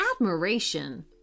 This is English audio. admiration